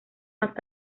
más